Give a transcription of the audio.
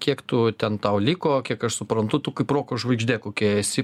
kiek tu ten tau liko kiek aš suprantu tu kaip roko žvaigždė kokia esi